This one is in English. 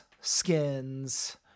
skins